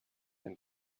ein